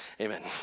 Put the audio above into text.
Amen